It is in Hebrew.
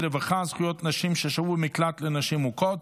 רווחה (זכויות נשים ששהו במקלט לנשים מוכות)